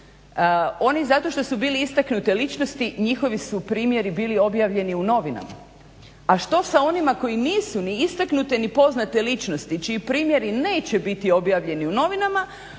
Oni zato što su bili istaknute ličnosti njihovi su primjeri bili objavljeni u novinama. A što sa onima koji nisu ni istaknute, ni poznate ličnosti čiji primjeri neće biti objavljeni u novinama,